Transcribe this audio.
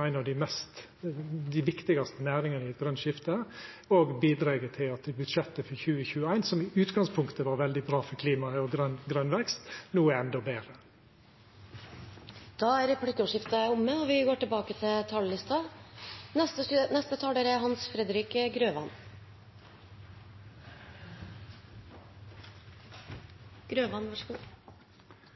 ei av dei viktigaste næringane i eit grønt skifte, bidreg til at budsjettet for 2021, som i utgangspunktet var veldig bra for klimaet og grøn vekst, no er endå betre. Replikkordskiftet er omme. Når julefreden kommer, håper jeg de to statsministerkandidatene Jonas Gahr Støre og Trygve Slagsvold Vedum tenker over dette: Vi